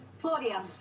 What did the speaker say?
Claudia